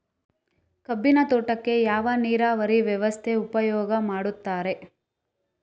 ಕಬ್ಬಿನ ತೋಟಕ್ಕೆ ಯಾವ ನೀರಾವರಿ ವ್ಯವಸ್ಥೆ ಉಪಯೋಗ ಮಾಡುತ್ತಾರೆ?